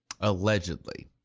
Allegedly